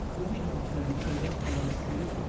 i wish i could tell you better how i see it.